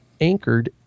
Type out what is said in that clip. anchored